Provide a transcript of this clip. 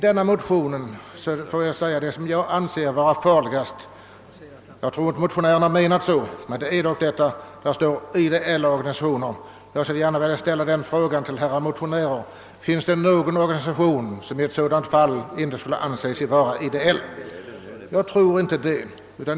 Det som jag anser vara farligast i denna motion — jag tror dock inte att motionärerna har menat det så — är att det talas om ideella organisationer. Jag vill ställa frågan till herrar motionärer, om det finns någon organisation som inte i ett sådant sammanhang skulle anse sig vara ideell. Jag tror inte det.